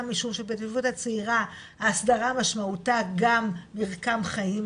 - משום שבהתיישבות הצעירה ההסדרה משמעותה גם מרקם חיים,